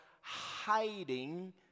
hiding